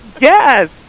Yes